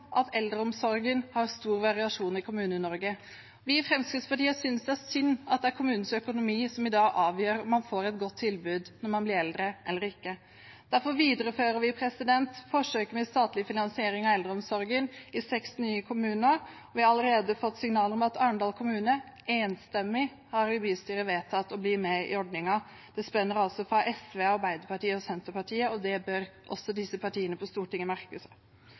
at eldreomsorgen har stor variasjon i Kommune-Norge. Vi i Fremskrittspartiet synes det er synd at det er kommunens økonomi som i dag avgjør om man får et godt tilbud når man blir eldre, eller ikke. Derfor viderefører vi forsøket med statlig finansiering av eldreomsorgen i seks nye kommuner. Vi har allerede fått signal om at Arendal kommune enstemmig har vedtatt i bystyret å bli med i ordningen. Det spenner altså fra SV til Arbeiderpartiet og Senterpartiet, og det bør også partiene på Stortinget merke seg.